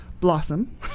blossom